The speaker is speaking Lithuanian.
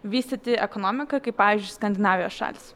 vystyti ekonomiką kaip pavyzdžiui skandinavijos šalys